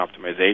optimization